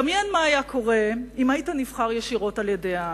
דמיין מה היה קורה אם היית נבחר ישירות על-ידי העם.